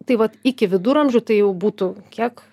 tai vat iki viduramžių tai jau būtų kiek